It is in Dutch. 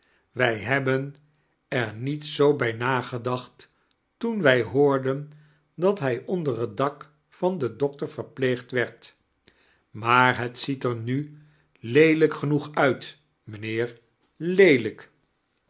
wij hebben eir niet zoo bij nagedacht toen wij hoorden dat hij onder het dak van den doctor verpleegd weird maar het ziet er nu leelijk genoeg uit mijnheeir